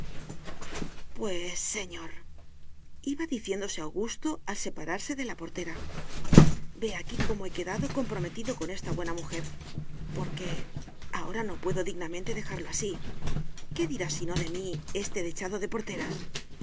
pues señoriba diciéndose augusto al separarse de la portera ve aquí cómo he quedado comprometido con esta buena mujer porque ahora no puedo dignamente dejarlo así qué dirá si no de mí este dechado de porteras